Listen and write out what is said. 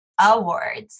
awards